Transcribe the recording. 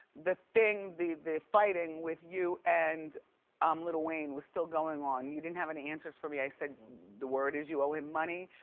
the thing, the the fighting with you and um lil wayne was still going on. you didn't have any answers for me. i said the word is you owe him money.